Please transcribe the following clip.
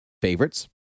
favorites